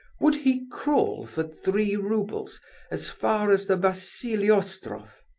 would he crawl for three roubles as far as the vassiliostrof?